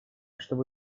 чтобы